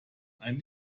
ein